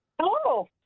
hello